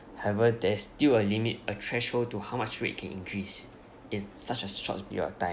however there's still a limit a threshold to how much weight you can increase in such a short period of time